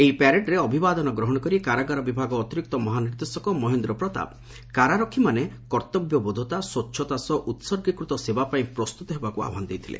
ଏହି ପ୍ୟାରେଡରେ ଅଭିଭାଦନ ଗ୍ରହଶ କରି କାରଗାର ବିଭାଗ ଅତିରିକ୍ତ ମହାନିର୍ଦ୍ଦେଶକ ମହେନ୍ଦ ପ୍ରତାପ କାରାରକ୍ଷୀମାନେ କର୍ଉବ୍ୟବୋଧତା ସ୍ବଛତା ସହ ଉହର୍ଗୀକୃତ ସେବା ପାଇଁ ପ୍ରସ୍ତୁତ ହେବାକୁ ଆହ୍ୱାନ ଦେଇଥିଲେ